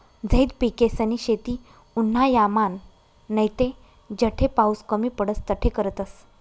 झैद पिकेसनी शेती उन्हायामान नैते जठे पाऊस कमी पडस तठे करतस